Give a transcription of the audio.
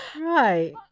Right